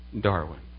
Darwin